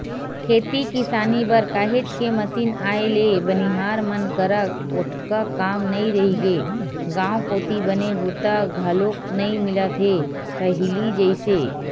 खेती किसानी बर काहेच के मसीन आए ले बनिहार मन करा ओतका काम नइ रहिगे गांव कोती बने बूता घलोक नइ मिलत हे पहिली जइसे